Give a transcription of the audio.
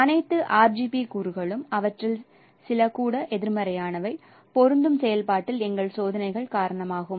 அனைத்து RGB கூறுகளும் அவற்றில் சில கூட எதிர்மறையானவை பொருந்தும் செயல்பாட்டில் எங்கள் சோதனைகள் காரணமாகும்